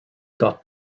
got